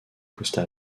costa